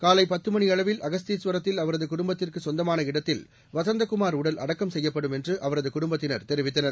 காலை பத்து மணியளவில் அகஸ்தீஸ்வரத்தில் அவரது குடும்பத்திற்கு சொந்தமான இடத்தில் வசந்தகுமார் உடல் அடக்கம் செய்யப்படும் என்று அவரது குடும்பத்தினர் தெரிவித்தனர்